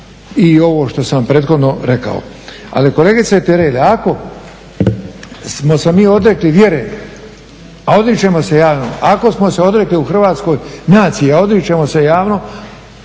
i ovo što sam prethodno rekao. Ali kolegice Tireli ako smo se mi odrekli vjere, a odričemo se javno, ako smo se odrekli u Hrvatskoj nacije, a odričemo se javno,